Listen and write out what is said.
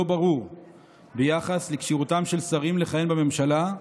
ברור ביחס לכשירותם של שרים לכהן בממשלה,